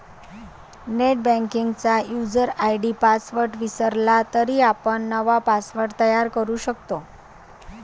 नेटबँकिंगचा user ID password विसरला तरी आपण नवा पासवर्ड तयार करू शकतो